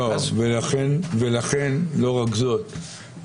ולכן לא רק זאת,